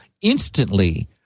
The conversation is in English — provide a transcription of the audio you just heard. instantly